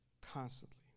constantly